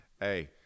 Hey